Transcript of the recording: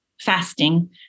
fasting